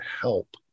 help